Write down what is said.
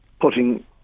putting